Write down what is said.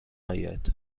اید